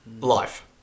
Life